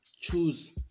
choose